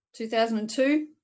2002